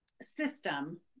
system